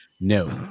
no